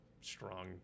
strong